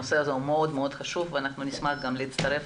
הנושא הזה מאוד חשוב ונשמח גם להצטרף